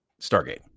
Stargate